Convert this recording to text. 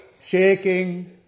shaking